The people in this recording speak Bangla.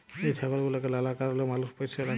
যে ছাগল গুলাকে লালা কারলে মালুষ পষ্য রাখে